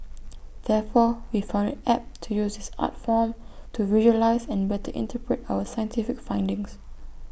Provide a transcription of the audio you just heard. therefore we found IT apt to use this art form to visualise and better interpret our scientific findings